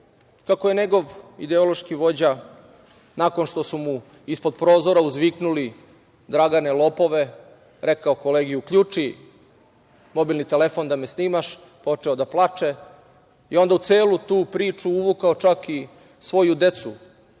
kako je njegov ideološki vođa, nakon što su mu ispred prozora uzviknuli „Dragane lopove“, rekao kolegi: „Uključi mobilni telefon da me snimaš“, počeo da plače i onda u celu tu priču uvukao čak i svoju decu,